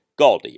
GALDI